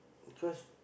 cause